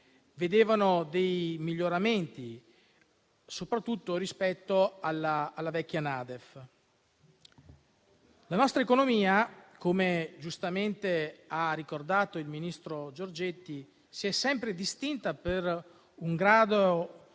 vedevano dei miglioramenti soprattutto rispetto alla vecchia NaDEF. La nostra economia, come giustamente ha ricordato il ministro Giorgetti, si è sempre distinta per un grado